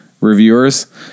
reviewers